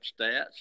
stats